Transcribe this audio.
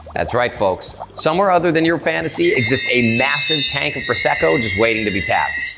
that's right, folks. somewhere other than your fantasy exists a massive tank of prosecco just waiting to be tapped.